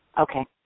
Okay